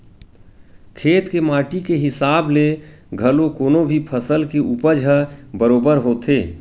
खेत के माटी के हिसाब ले घलो कोनो भी फसल के उपज ह बरोबर होथे